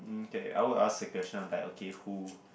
mm I'd ask a question on like okay who